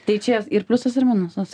tai čia ir pliusas ir minusas